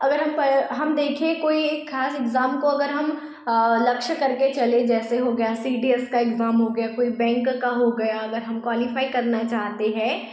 अगर हम हम देखें कोई एक ख़ास इग्ज़ाम को अगर हम लक्ष्य करके चले जैसे हो गया सी डी एस का इग्ज़ाम हो गया कोई बैंक का हो गया अगर हम क्वालिफाइ करना चाहते हैं